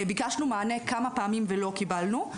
ביקשנו מענה כמה פעמים, ולא קיבלנו.